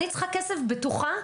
אני צריכה כסף בטוחה,